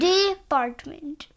Department